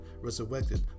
resurrected